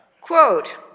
quote